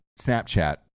Snapchat